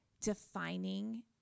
defining